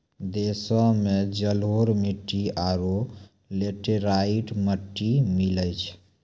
देशो मे जलोढ़ मट्टी आरु लेटेराइट मट्टी मिलै छै